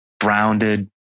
grounded